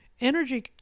Energy